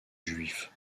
juif